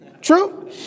True